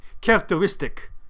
characteristic